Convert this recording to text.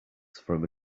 from